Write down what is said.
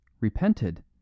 repented